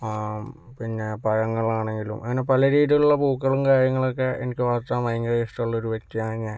പിന്നെ പഴങ്ങളാണെങ്കിലും അങ്ങനെ പല രീതിയിലുള്ള പൂക്കളും കാര്യങ്ങളൊക്കെ എനിക്ക് വളർത്താൻ ഭയങ്കര ഇഷ്ടമുള്ള ഒരു വ്യക്തിയാണ് ഞാൻ